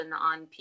on